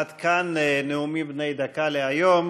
עד כאן נאומים בני דקה להיום.